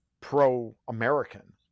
pro-American